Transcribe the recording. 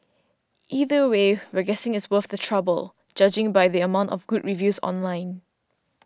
either way we're guessing it is worth the trouble judging by the amount of good reviews online